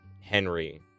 Henry